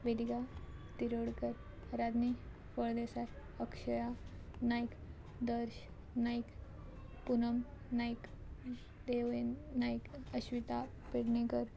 Vediga Tirodkar Rajni Phaldesai Akshaya Naik Darsh Naik Poonam Naik Deven Naik Ashwita Pednekar